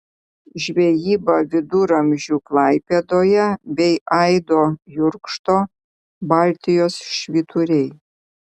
žvejyba viduramžių klaipėdoje bei aido jurkšto baltijos švyturiai